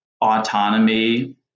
autonomy